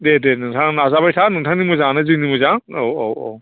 दे दे नोंथाङा नाजाबाय था नोंथांनि मोजाङानो जोंनि मोजां औ औ औ